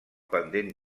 pendent